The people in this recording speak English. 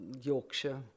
Yorkshire